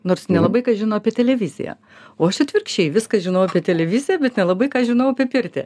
nors nelabai ką žino apie televiziją o aš atvirkščiai viską žinau apie televiziją bet nelabai ką žinau apie pirtį